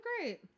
great